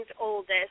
oldest